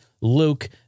Luke